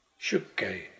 Shukkei